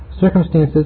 circumstances